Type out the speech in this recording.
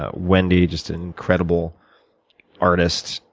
ah wendy, just an incredible artist.